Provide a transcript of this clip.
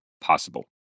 possible